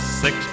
six